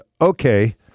okay